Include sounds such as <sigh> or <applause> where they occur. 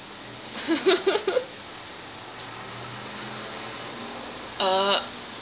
<laughs> uh